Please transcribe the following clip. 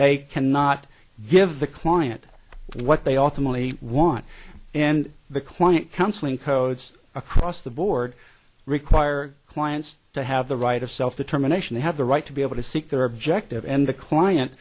they cannot give the client what they ought to molly want and the client counseling codes across the board require clients to have the right of self determination they have the right to be able to seek their objective and the client